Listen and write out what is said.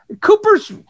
Cooper's